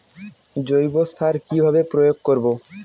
জৈব সার কি ভাবে প্রয়োগ করব?